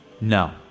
No